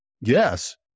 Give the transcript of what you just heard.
Yes